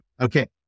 okay